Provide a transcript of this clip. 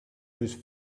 whose